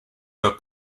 were